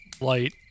Light